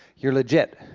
you're legit.